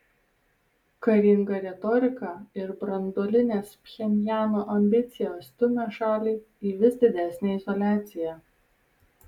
karinga retorika ir branduolinės pchenjano ambicijos stumia šalį į vis didesnę izoliaciją